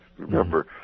Remember